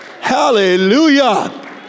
hallelujah